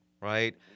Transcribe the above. right